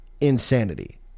Insanity